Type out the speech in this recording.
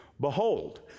Behold